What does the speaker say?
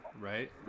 right